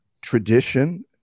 tradition